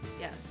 Yes